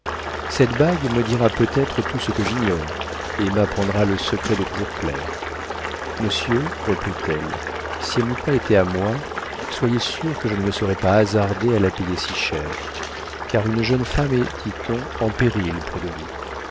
cette bague me dira peut-être tout ce que j'ignore et m'apprendra le secret de toujours plaire monsieur reprit-elle si elle n'eût pas été à moi soyez sûr que je ne me serais pas hasardée à la payer si cher car une jeune femme est dit-on en péril près de vous